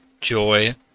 joy